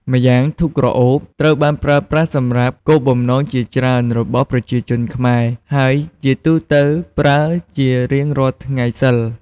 ម្យ៉ាងធូបក្រអូបត្រូវបានប្រើប្រាស់សម្រាប់គោលបំណងជាច្រើនរបស់ប្រជាជនខ្មែរ ហើយជាទូទៅប្រើជារៀងរាល់ថ្ងៃសីល។